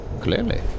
Clearly